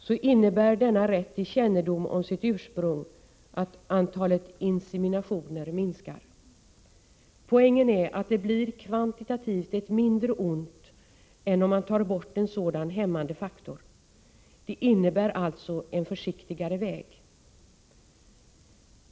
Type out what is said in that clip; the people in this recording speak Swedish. — så innebär denna rätt till kännedom om sitt ursprung att antalet inseminationer minskar. Poängen är att det blir ett kvantitativt mindre ont än om man tar bort en sådan hämmande faktor. Det innebär alltså en försiktigare väg.